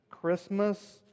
Christmas